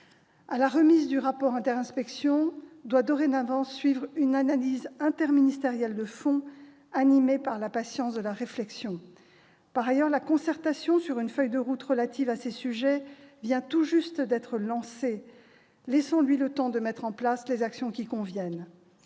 À la remise du rapport inter-inspections doit dorénavant succéder une analyse interministérielle de fond, animée par la patience de la réflexion. Par ailleurs, la concertation sur une feuille de route relative à ces sujets vient tout juste d'être lancée : laissons-lui le temps de mettre en place les actions qui conviennent.